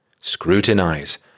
Scrutinize